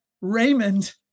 Raymond